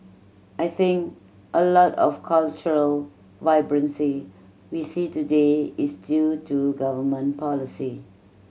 I think a lot of cultural vibrancy we see today is due to government policy